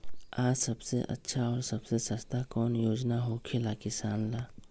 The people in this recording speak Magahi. आ सबसे अच्छा और सबसे सस्ता कौन योजना होखेला किसान ला?